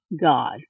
God